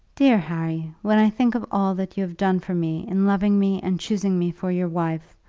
dear harry, when i think of all that you have done for me in loving me and choosing me for your wife,